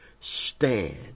stand